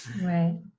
Right